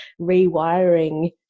rewiring